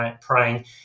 praying